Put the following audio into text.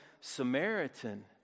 Samaritan